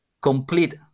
complete